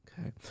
okay